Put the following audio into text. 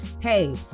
hey